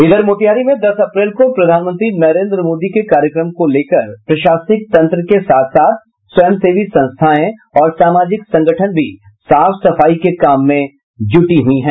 इधर मोतिहारी में दस अप्रैल को प्रधानमंत्री नरेन्द्र मोदी के कार्यक्रम को लेकर प्रशासनिक तंत्र के साथ साथ स्वयंसेवी संस्थाएं और सामाजिक संगठन भी साफ सफाई के काम में जुट गयी हैं